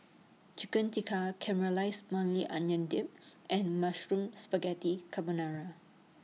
Chicken Tikka Caramelized Maui Onion Dip and Mushroom Spaghetti Carbonara